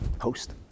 host